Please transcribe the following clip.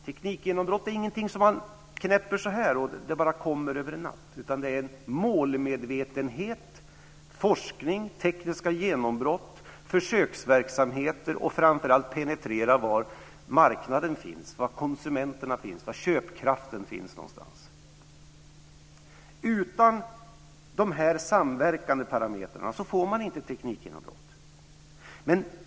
Teknikgenombrott är ingenting som man bara knäpper med fingrarna så kommer det över en natt, utan det är målmedvetenhet, forskning, tekniska genombrott, försöksverksamheter och framför allt att man penetrerar var marknaden finns, var konsumenterna finns, var köpkraften finns någonstans. Utan de här samverkande parametrarna får man inte teknikgenombrott.